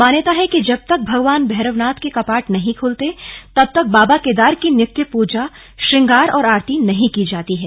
मान्यता है कि जब तक भगवान भैरवनाथ के कपाट नहीं खुलते तब तक बाबा केदार की नित्य पूजा श्रंगार और आरती नहीं की जाती है